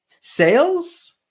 Sales